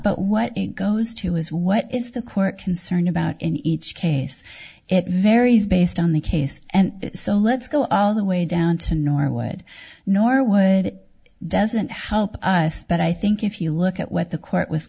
but what it goes to is what is the court concerned about in each case it varies based on the case and so let's go all the way down to norwood norwood it doesn't help us but i think if you look at what the court was